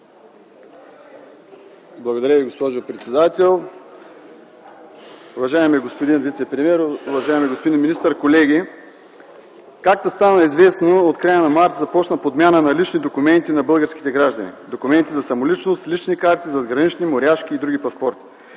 Благодаря Ви, госпожо председател. Уважаеми господин вицепремиер, уважаеми господин министър, колеги! Както стана известно от края на март започва подмяна на лични документи на българските граждани – документи за самоличност, лични карти, задгранични, моряшки и други паспорти,